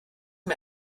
mir